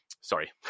sorry